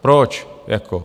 Proč jako?